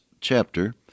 chapter